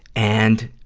and,